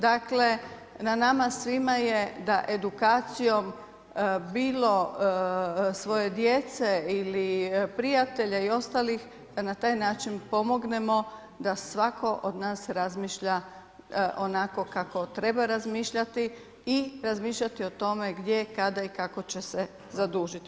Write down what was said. Dakle, na nama svima je da edukacijom bilo svoje djece ili prijatelja i ostalih, da na taj način pomognemo da svatko od nas razmišlja onako kako treba razmišljati i razmišljati gdje, kada i kako će se zadužiti.